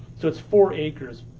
so it's four acres.